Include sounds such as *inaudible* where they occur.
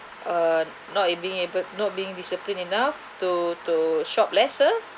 err not *noise* being able not being disciplined enough to to shop lesser